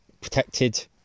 protected